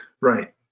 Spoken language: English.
right